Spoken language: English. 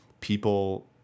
people